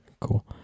cool